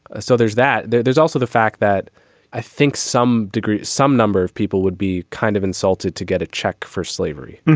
so there's that that there's also the fact that i think some degree some number of people would be kind of insulted to get a check for slavery.